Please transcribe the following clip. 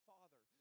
Father